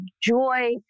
joy